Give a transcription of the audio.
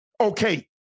Okay